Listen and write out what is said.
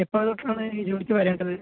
എപ്പോൾ തൊട്ടാണ് ഈ ജോലിക്ക് വരേണ്ടത്